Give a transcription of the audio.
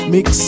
Mix